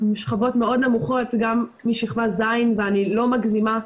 משכבות מאוד נמוכות, גם משכבה ז', ואני לא מגזימה.